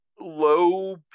low